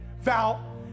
Val